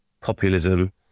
populism